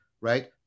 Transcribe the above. right